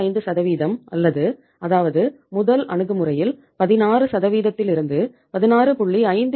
55 அல்லது அதாவது முதல் அணுகுமுறையில் 16 இலிருந்து 16